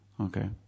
Okay